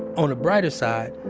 on a brighter side,